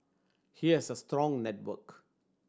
he has a strong network